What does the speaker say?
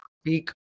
speak